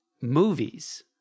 movies